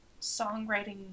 songwriting